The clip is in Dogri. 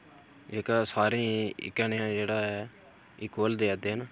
जेह्का सारें ई इक्कै नेहा जेह्ड़ा ऐ इक्वल देआ दे न